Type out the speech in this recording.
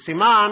זה סימן